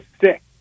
sick